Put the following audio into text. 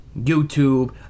YouTube